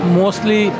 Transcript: mostly